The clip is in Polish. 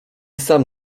sam